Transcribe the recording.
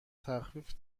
تخفیف